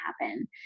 happen